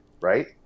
right